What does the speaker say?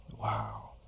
Wow